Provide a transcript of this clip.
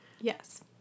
Yes